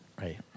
Right